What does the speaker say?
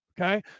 Okay